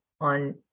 on